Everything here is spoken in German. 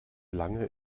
lange